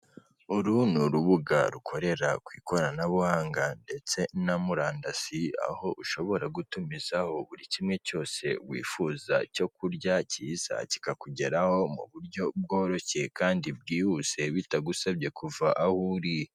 Uru ni urubuga rukorera ku ikoranabuhanga ndetse na murandasi, aho ushobora gutumizaho buri kimwe cyose wifuza icyo kurya cyiza kikakugeraho mu buryo bworoshyeye kandi bwihuse bitagusabye kuva aho uri.